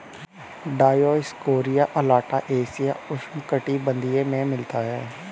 Dioscorea alata एशियाई उष्णकटिबंधीय में मिलता है